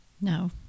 No